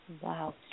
Wow